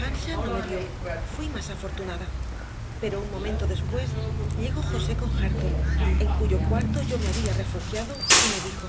e arnshaw no me vio fui más afortunada pero un momento después llegó josé con h areton en cuyo cuarto yo me había refugiado y me dijo